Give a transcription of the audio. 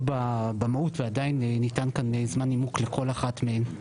במהות ועדיין ניתן כאן זמן נימוק לכל אחת מהן.